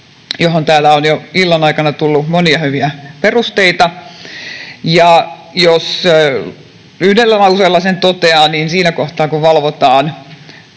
johon täällä on jo illan aikana tullut monia hyviä perusteita. Jos yhdellä lauseella sen toteaa, niin siinä kohtaa kun valvotaan